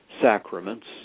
Sacraments